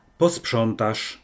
posprzątasz